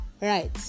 Right